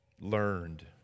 learned